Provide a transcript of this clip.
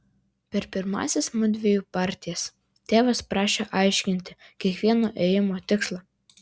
per pirmąsias mudviejų partijas tėvas prašė aiškinti kiekvieno ėjimo tikslą